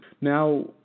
Now